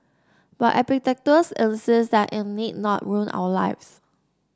but Epictetus insists that it need not ruin our lives